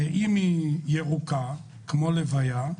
אם היא ירוקה, כמו הלוויה,